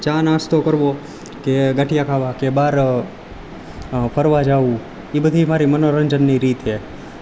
ચા નાસ્તો કરવો કે ગાંઠિયા ખાવા કે બહાર ફરવા જવું એ બધી મારી મનોરંજનની રીત છે